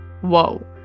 whoa